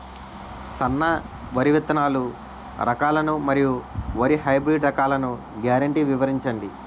సన్న వరి విత్తనాలు రకాలను మరియు వరి హైబ్రిడ్ రకాలను గ్యారంటీ వివరించండి?